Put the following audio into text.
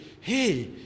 Hey